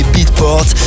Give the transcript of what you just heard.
Beatport